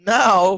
now